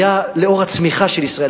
לאור הצמיחה של ישראל,